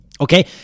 Okay